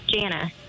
Jana